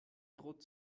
droht